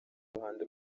ruhando